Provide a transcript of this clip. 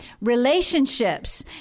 relationships